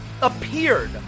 appeared